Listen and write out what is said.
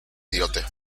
diote